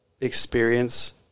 experience